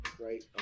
right